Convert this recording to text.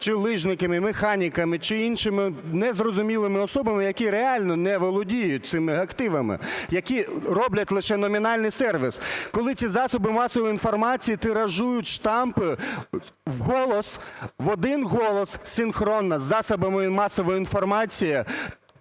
чи лижниками, механіками, чи іншими незрозумілими особами, які реально не володіють цими активами, які роблять лише номінальний сервіс, коли ці засоби масової інформації тиражують штампи в голос, в один голос синхронно з засобами масової інформації